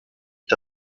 est